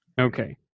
Okay